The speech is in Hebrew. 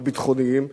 הביטחוניים,